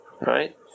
right